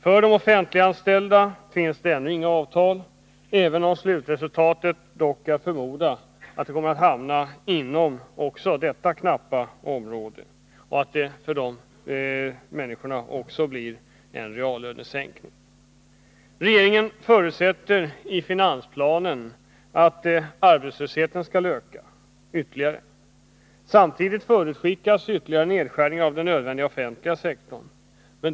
För de offentligt anställda finns det ännu inget avtal, även om det dock är att förmoda att slutresultatet också kommer att hamna inom detta område och att det för de människorna knappast blir annat än en reallönesänkning. Regeringen förutsätter i finansplanen att arbetslösheten skall öka ytterligare. Samtidigt förutskickas ytterligare nedskärningar av den nödvändiga offentliga sektorn.